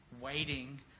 waiting